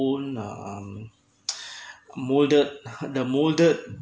lah mm molded uh the molded